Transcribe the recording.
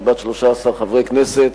שהיא בת 13 חברי כנסת,